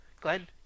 Glenn